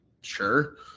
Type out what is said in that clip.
Sure